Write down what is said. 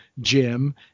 Jim